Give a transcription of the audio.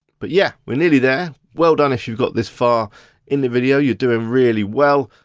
but yeah, we're nearly there. well done, if you've got this far in the video. you're doing really well.